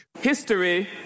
History